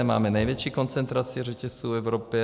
Máme největší koncentraci řetězců v Evropě.